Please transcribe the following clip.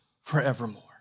forevermore